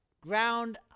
ground